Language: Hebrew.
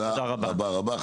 תודה רבה רבה.